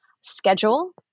schedule